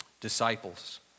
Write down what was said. disciples